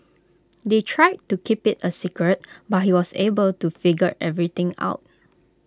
they tried to keep IT A secret but he was able to figure everything out